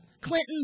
Clinton